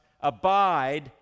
abide